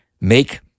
make